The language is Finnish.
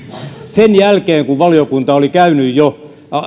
sen jälkeen kun valiokunta oli käynyt jo